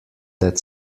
that